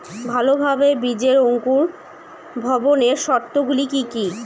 ভালোভাবে বীজের অঙ্কুর ভবনের শর্ত গুলি কি কি?